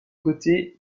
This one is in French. côté